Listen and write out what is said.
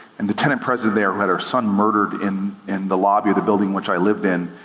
and the tenant present there who had her son murdered in in the lobby of the building which i lived in,